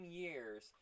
years